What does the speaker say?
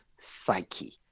psyche